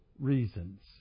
reasons